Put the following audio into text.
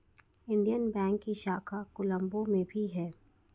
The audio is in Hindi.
इंडियन बैंक की शाखा कोलम्बो में भी है